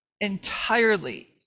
entirely